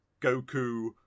Goku